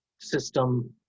system